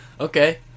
Okay